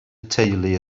teulu